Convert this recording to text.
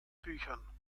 büchern